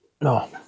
No